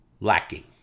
lacking